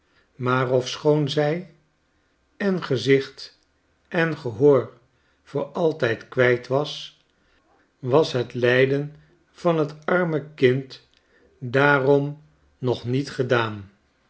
maar ofschoon zij en gezicht en gehoor voor altijd kwijt was was het lijden van t arme kind daarom nog niet gedaan